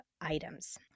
items